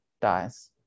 dies